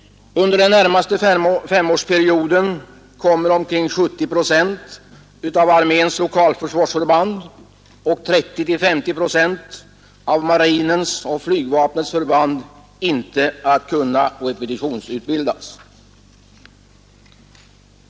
Under den närmaste femårsperioden kommer omkring 70 procent av arméns lokalförsvarsförband och 30-50 procent av marinens och flygvapnets förband inte att kunna repetitionsutbildas.